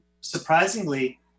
surprisingly